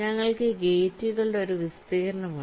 ഞങ്ങൾക്ക് ഗേറ്റുകളുടെ ഒരു വിസ്തീർണ്ണം ഉണ്ട്